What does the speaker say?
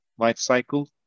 lifecycle